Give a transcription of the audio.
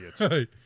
Right